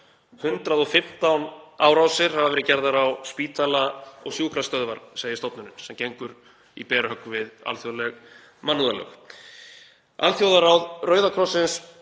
115 árásir hafa verið gerðar á spítala og sjúkrastöðvar, segir stofnunin, sem gengur í berhögg við alþjóðleg mannúðarlög. Alþjóðaráð Rauða krossins